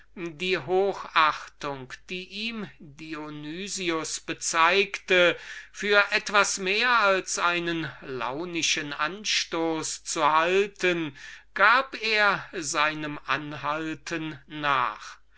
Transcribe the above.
die hochachtung die er ihm eingeflößt hatte etwas mehr als ein launischer geschmack sei gab er seinem anhalten nach